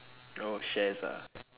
oh shares ah